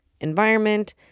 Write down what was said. environment